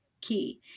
key